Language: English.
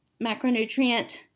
macronutrient